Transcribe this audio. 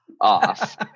off